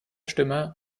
stimme